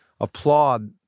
applaud